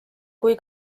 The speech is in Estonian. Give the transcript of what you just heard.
kui